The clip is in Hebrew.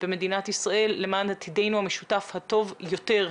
במדינת ישראל למען עתידנו המשותף הטוב יותר,